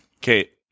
Kate